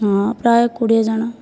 ହଁ ପ୍ରାୟ କୋଡ଼ିଏ ଜଣ